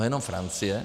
No, jenom Francie.